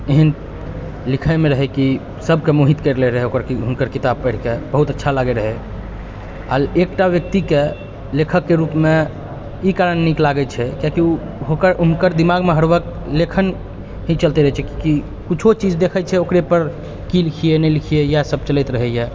एहेन लिखैमे रहै कि सबके मोहित करि लए रहै ओकर हुनकर किताब पढिके बहुत अच्छा लागै रहै एकटा व्यक्तिके लेखकके रूपमे ई कारण नीक लागै छै कियाकि उ ओकर उनकर दिमागमे हर वक्त लेखन ही चलते रहै छै कियाकि कुछो चीज देखै छै ओकरेपर की लिखियै नहि लिखियै इएह सब चलैत रहैए